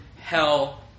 hell